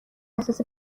احساس